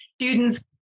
students